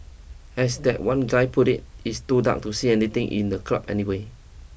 as that one guy put it it's too dark to see anything in the club anyway